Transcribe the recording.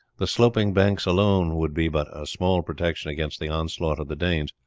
the sloping banks alone would be but a small protection against the onslaught of the danes,